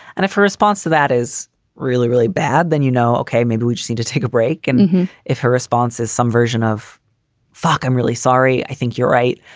and if her response to that is really, really bad, then, you know, ok, maybe we just need to take a break. and if her response is some version of foch, i'm really sorry. i think you're right.